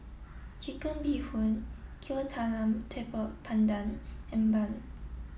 Chicken Bee Hoon Kuih Talam Tepong Pandan and Bun